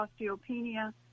osteopenia